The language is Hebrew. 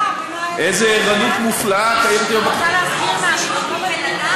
--- איזו ערנות מופלאה ------ אתם